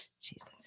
Jesus